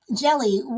Jelly